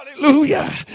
Hallelujah